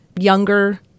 younger